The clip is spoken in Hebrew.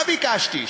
מה ביקשתי?